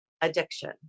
addiction